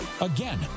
Again